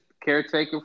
caretaker